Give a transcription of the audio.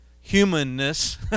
humanness